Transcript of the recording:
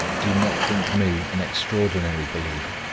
do not think me an extraordinary believer,